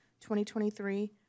2023